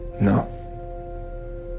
No